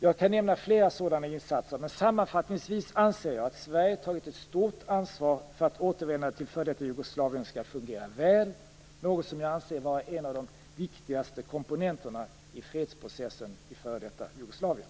Jag kan nämna åtskilligt fler insatser, men sammanfattningsvis anser jag, att Sverige tagit ett stort ansvar för att återvändandet till f.d. Jugoslavien skall fungera väl, något som jag anser är en av de viktigaste komponenterna i fredsprocessen i f.d. Jugoslavien.